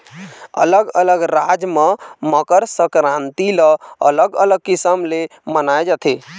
अलग अलग राज म मकर संकरांति ल अलग अलग किसम ले मनाए जाथे